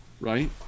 right